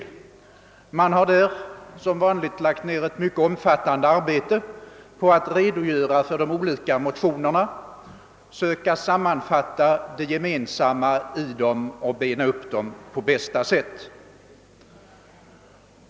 I sekretariatet har man som vanligt lagt ned ett mycket omfattande arbete på att redogöra för de olika motionerna, söka sammanfatta det gemensamma i dem och bena upp dem på bästa sätt.